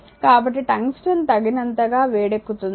కాబట్టి టంగ్స్టన్ తగినంతగా వేడెక్కుతుంది